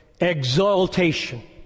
Exaltation